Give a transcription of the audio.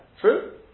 True